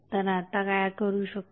तर आता आपण काय करू शकतो